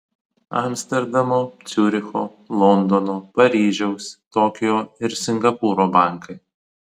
amsterdamo ciuricho londono paryžiaus tokijo ir singapūro bankai